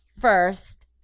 first